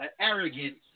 arrogant